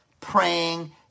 praying